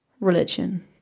religion